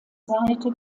seite